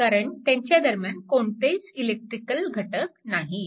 कारण त्यांच्या दरम्यान कोणतेच इलेक्ट्रिकल घटक नाहीत